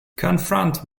confronted